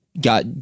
got